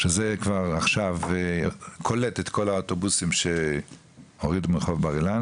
שזה כבר עכשיו קולט את כל האוטובוסים שהורידו מרחוב בר אילן,